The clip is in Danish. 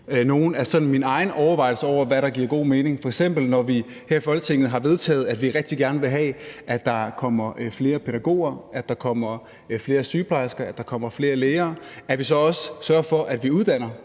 nogle af mine egne overvejelser over, hvad der giver god mening. Det er f.eks., at vi, når vi her i Folketinget har vedtaget, at vi rigtig gerne vil have, at der kommer flere pædagoger, at der kommer flere sygeplejersker, at der kommer flere lærere, så også sørger for, at vi uddanner